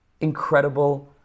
incredible